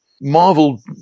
Marvel